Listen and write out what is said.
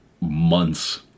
months